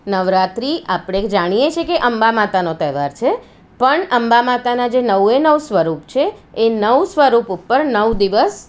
નવરાત્રિ આપણે જાણીએ છીએ કે અંબા માતાનો તહેવાર છે પણ અંબા માતાનાં જે નવે નવ સ્વરૂપ છે એ નવ સ્વરૂપ ઉપર નવ દિવસ